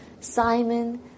Simon